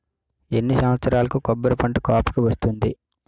ఎన్ని సంవత్సరాలకు కొబ్బరి పంట కాపుకి వస్తుంది?